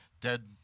dead